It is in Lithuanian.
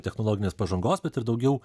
technologinės pažangos bet ir daugiau